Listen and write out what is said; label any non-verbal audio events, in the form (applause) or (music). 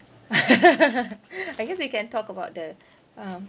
(laughs) I guess we can talk about the um